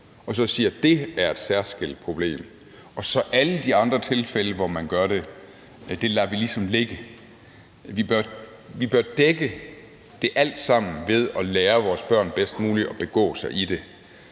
og siger, at det er et særskilt problem, og at vi så i alle de andre tilfælde, hvor man gør det, ligesom lader det ligge. Vi bør dække det alt sammen ved at lære vores børn bedst muligt at begå sig i det,